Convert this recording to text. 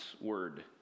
Word